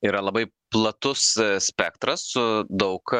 yra labai platus spektras su daug